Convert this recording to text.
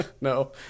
No